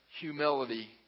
humility